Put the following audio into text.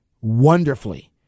wonderfully